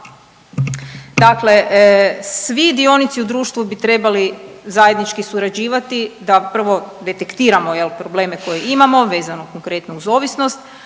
dakle svi dionici u društvu bi trebali zajednički surađivati da prvo detektiramo probleme koje imamo vezano konkretno uz ovisnost,